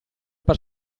per